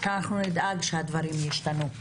שאנחנו נדאג שהדברים ישתנו,